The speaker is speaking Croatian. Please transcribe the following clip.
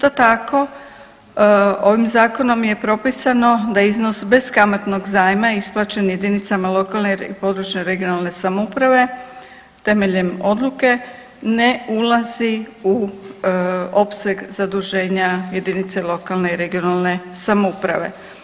Isto tako ovim Zakonom je propisano da iznos beskamatnog zajma isplaćen jedinicama lokalne i područne regionalne samouprave temeljem odluke ne ulazi u opseg zaduženja jedinice lokalne i regionalne samouprave.